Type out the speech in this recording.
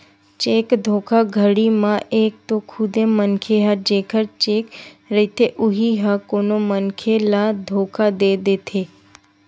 cheque धोखाघड़ी म एक तो खुदे मनखे ह जेखर चेक रहिथे उही ह कोनो मनखे ल धोखा दे देथे